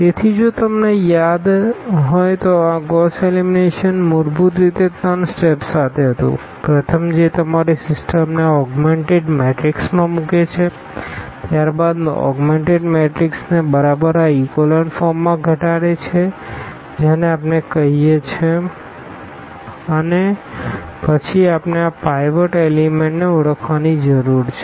તેથી જો તમને ત્યાં યાદ હોય કે આ ગોસ એલિમિનેશન મૂળભૂત રીતે ત્રણ સ્ટેપ સાથે હતું પ્રથમ જે તમારી સિસ્ટમને આ ઓગ્મેનટેડ મેટ્રિક્સમાં મૂકે છે ત્યારબાદ ઓગ્મેનટેડ મેટ્રિક્સને બરાબર આ ઇકોલન ફોર્મમાં ઘટાડે છે જેને આપણે કહીએ છીએ અને પછી આપણે આ પાઈવોટ એલીમેન્ટને ઓળખવાની જરૂર છે